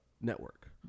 network